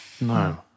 No